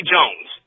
Jones